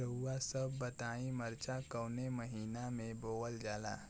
रउआ सभ बताई मरचा कवने महीना में बोवल जाला?